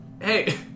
Hey